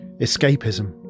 escapism